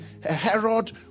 Herod